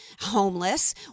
homeless